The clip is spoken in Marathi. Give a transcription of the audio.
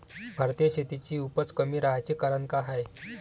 भारतीय शेतीची उपज कमी राहाची कारन का हाय?